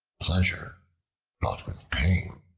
pleasure bought with pains,